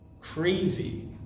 Crazy